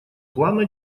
плана